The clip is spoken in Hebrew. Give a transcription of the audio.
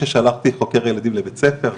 ששלחתי חוקר ילדים לבית ספר,